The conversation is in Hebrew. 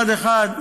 מצד אחד,